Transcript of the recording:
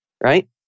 right